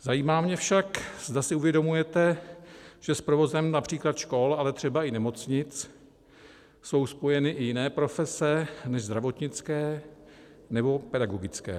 Zajímá mě však, zda si uvědomujete, že s provozem například škol, ale třeba i nemocnic jsou spojeny i jiné profese než zdravotnické nebo pedagogické.